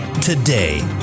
today